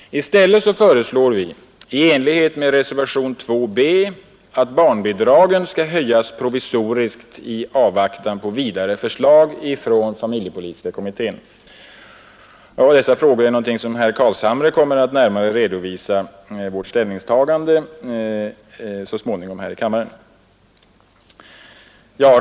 I stället föreslår vi i enlighet med reservationen 2 b att barnbidragen skall höjas provisoriskt i avvaktan på vidare förslag från familjepolitiska kommittén. Herr Carlshamre kommer så småningom att här i kammaren närmare redovisa vårt ställningstagande i dessa frågor.